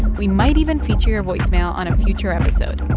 we might even feature your voicemail on a future episode.